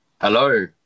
Hello